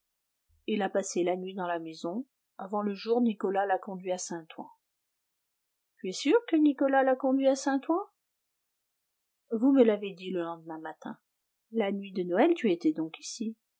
il a passé la nuit dans la maison avant le jour nicolas l'a conduit à saint-ouen tu es sûr que nicolas l'a conduit à saint-ouen vous me l'avez dit le lendemain matin la nuit de noël tu étais donc ici